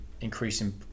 increasing